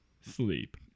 sleep